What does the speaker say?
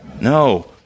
No